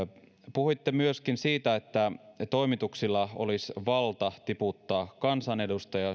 puhuitte myöskin siitä näkökulmasta että toimituksilla olisi valta tiputtaa kansanedustaja